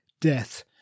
death